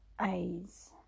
A's